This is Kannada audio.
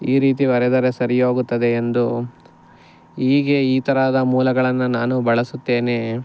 ಈ ರೀತಿ ಬರೆದರೆ ಸರಿ ಹೋಗುತ್ತದೆ ಎಂದು ಹೀಗೆ ಈ ತರಹದ ಮೂಲಗಳನ್ನು ನಾನು ಬಳಸುತ್ತೇನೆ